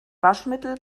waschmittel